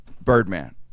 Birdman